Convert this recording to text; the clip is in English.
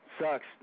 Sucks